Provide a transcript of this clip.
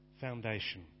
foundation